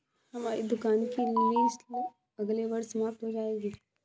हमारी दुकान की लीस अगले वर्ष समाप्त हो जाएगी